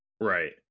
right